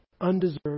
undeserved